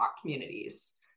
communities